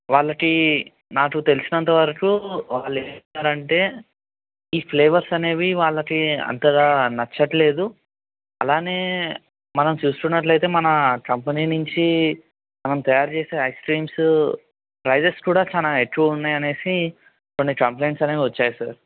వాళ్ళకి నాకు తెలిసినంతవరకు వాళ్ళు ఏమంటున్నారంటే ఈ ఫ్లేవర్స్ అనేవి వాళ్ళకి అంతగా నచ్చట్లేదు అలానే మనం చూస్తుంన్నట్లయితే మన కంపెనీ నుంచి మనం తయారు చేసే ఐస్ క్రీమ్స్ ప్రైజెస్ కూడా చాలా ఎక్కువ ఉన్నాయ్యనేసి కొన్ని కంప్లైంట్స్ అనేవి వచ్చాయి సర్